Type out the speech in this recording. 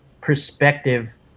perspective